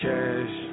Cash